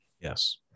yes